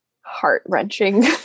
heart-wrenching